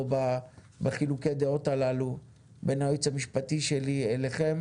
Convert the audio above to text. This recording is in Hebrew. בחילוקי דעות הללו בין הייעוץ המשפטי שלי אליכם.